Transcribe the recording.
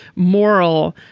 moral,